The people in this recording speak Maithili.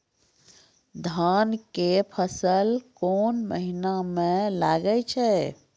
धान के फसल कोन महिना म लागे छै?